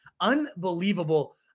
Unbelievable